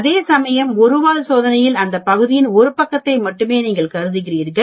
அதேசமயம் ஒரு வால் சோதனையில் அந்த பகுதியின் ஒரு பக்கத்தை மட்டுமே நீங்கள் கருதுகிறீர்கள்